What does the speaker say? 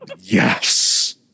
yes